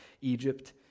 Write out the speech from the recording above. Egypt